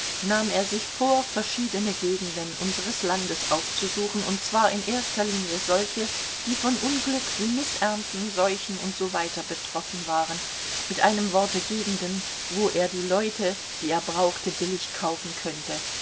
nahm er sich vor verschiedene gegenden unseres landes aufzusuchen und zwar in erster linie solche die von unglück wie mißernten seuchen usw betroffen waren mit einem worte gegenden wo er die leute die er brauchte billig kaufen könnte